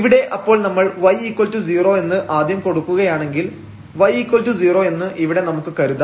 ഇവിടെ അപ്പോൾ നമ്മൾ y0 എന്ന് ആദ്യം കൊടുക്കുകയാണെങ്കിൽ y0 എന്ന് ഇവിടെ നമുക്ക് കരുതാം